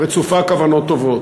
רצופה כוונות טובות.